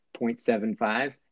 0.75